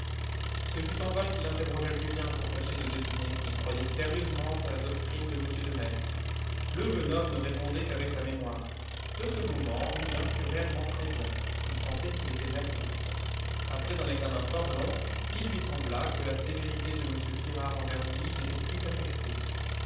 ce fut en vain qu'il interrogea julien pour tâcher de deviner s'il croyait sérieusement à la doctrine de m de maistre le jeune homme ne répondait qu'avec sa mémoire de ce moment julien fut réellement très bien il sentait qu'il était maître de soi après un examen fort long il lui sembla que la sévérité de m pirard envers lui n'était plus